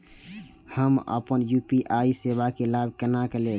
हम अपन यू.पी.आई सेवा के लाभ केना लैब?